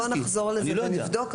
בואו נחזור לזה ונבדוק,